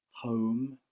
Home